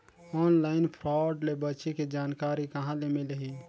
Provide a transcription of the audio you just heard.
Online fraud ले बचे के जानकारी कहां ले मिलही?